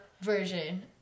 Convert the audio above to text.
version